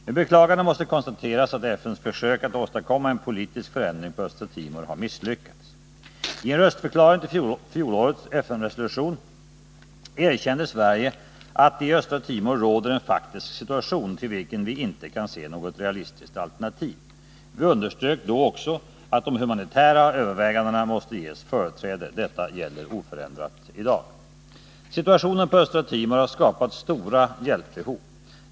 Med beklagande måste konstateras att FN:s försök att åstadkomma en politisk förändring på Östra Timor har misslyckats. I en röstförklaring till fjolårets FN-resolution erkände Sverige att det i Östra Timor råder en faktisk situation till vilken vi inte kan se något realistiskt alternativ. Vi underströk då också att de humanitära övervägandena måste ges företräde. Detta gäller oförändrat i dag. Situationen på Östra Timor har skapat stora hjälpbehov.